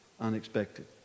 unexpected